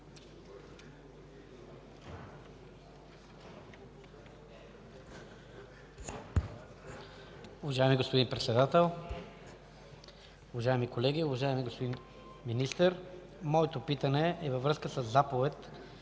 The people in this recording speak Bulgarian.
Уважаеми господин Председател, уважаеми колеги! Уважаеми господин Министър, моето питане е във връзка със заповед